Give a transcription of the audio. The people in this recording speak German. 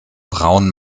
braun